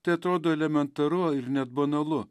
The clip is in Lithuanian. tai atrodo elementaru ir net banalu